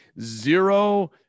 zero